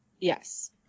Yes